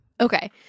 okay